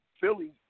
Philly